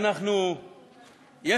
גבירותי,